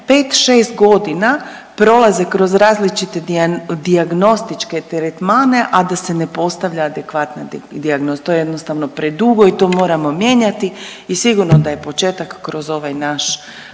šest godina prolaze kroz različite dijagnostičke tretmane a da se ne postavlja adekvatna dijagnoza. To je jednostavno predugo i to moramo mijenjati i sigurno da je početak kroz ovaj naš